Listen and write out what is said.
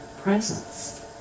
presence